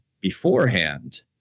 beforehand